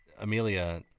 Amelia